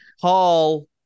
Paul